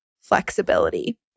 flexibility